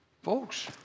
Folks